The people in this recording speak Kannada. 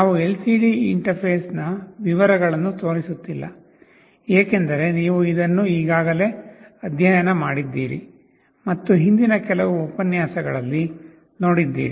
ನಾವು ಎಲ್ಸಿಡಿ ಇಂಟರ್ಫೇಸ್ನ ವಿವರಗಳನ್ನು ತೋರಿಸುತ್ತಿಲ್ಲ ಏಕೆಂದರೆ ನೀವು ಇದನ್ನು ಈಗಾಗಲೇ ಅಧ್ಯಯನ ಮಾಡಿದ್ದೀರಿ ಮತ್ತು ಹಿಂದಿನ ಕೆಲವು ಉಪನ್ಯಾಸಗಳಲ್ಲಿ ನೋಡಿದ್ದೀರಿ